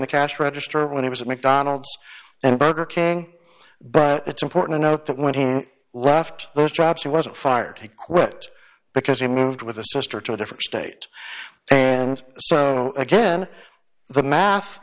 the cash register when he was at mcdonald's and burger king but it's important to note that when he left those jobs he wasn't fired he quit because he moved with a sister to a different state and so again the math